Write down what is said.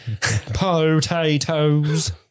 Potatoes